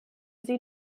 sie